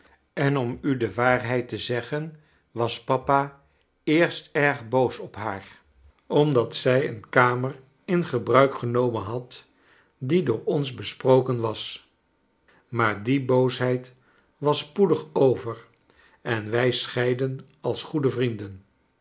en om u de waarheid te zeggen was papa eerst erg boos op haar omdat zij een kamer in gebruik genomen had die door ons besproken was maar die boosheid was spoedig over en wij scheidden als goede vrienden